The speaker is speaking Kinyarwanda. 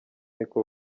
niko